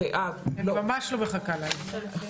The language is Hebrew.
אני ממש לא מחכה להם.